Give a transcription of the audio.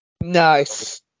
Nice